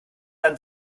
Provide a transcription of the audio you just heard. dann